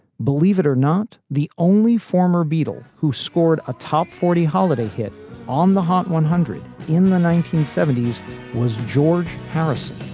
believe it or not, the only former beatle who scored a top forty holiday hit on the hot one hundred in the nineteen seventy s was george harrison